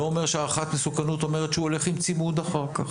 אומר שהערכת מסוכנות אומרת שהוא הולך עם צימוד אחר כך.